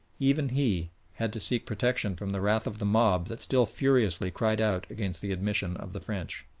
even he had to seek protection from the wrath of the mob that still furiously cried out against the admission of the french.